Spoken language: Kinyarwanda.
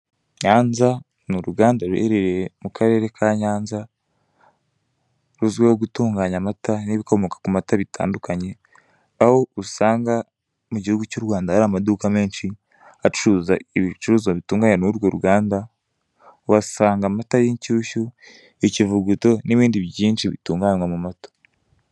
Nyanza ni uruganda ruherereye mu karere ka Nyanza, ruzwiho gutunganya amata n'ibikomoka ku mata bitandukanye, aho usanga mu gihugu cy'u Rwanda hari amaduka menshi acuruza ibicuruzwa bitunganye n' urwo ruganda, uhasanga amata y'inshyushyu, ikivuguto n'ibindi byinshi bitunganywa mu mata.